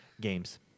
games